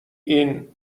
این